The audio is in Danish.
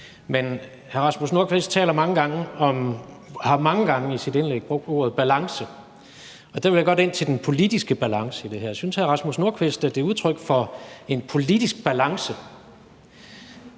Men hr. Rasmus Nordqvist har mange gange i sit indlæg brugt ordet balance, og der vil jeg godt ind til den politiske balance i det her. Synes hr. Rasmus Nordqvist, at det er udtryk for en politisk balance,